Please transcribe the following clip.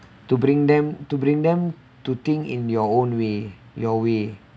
to bring them to bring them to think in your own way your way